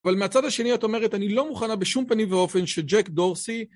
אבל מהצד השני, את אומרת, אני לא מוכנה בשום פנים ואופן שג'ק דורסי...